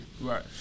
Right